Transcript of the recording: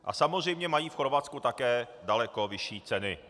A samozřejmě mají v Chorvatsku také daleko vyšší ceny.